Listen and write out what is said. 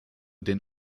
den